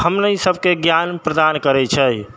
हमनी सबके ज्ञान प्रदान करै छै